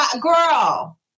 girl